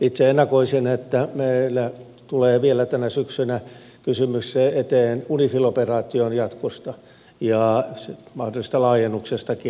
itse ennakoisin että meillä tulee vielä tänä syksynä eteen kysymys unifil operaation jatkosta ja mahdollisesta laajennuksestakin